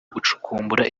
gucukumbura